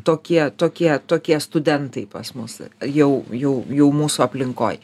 tokie tokie tokie studentai pas mus jau jų jau mūsų aplinkoj